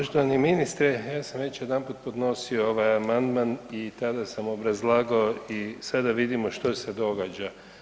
Poštovani ministre, ja sam već jedanput podnosio ovaj amandman i tada sam obrazlagao i sada vidimo što se događa.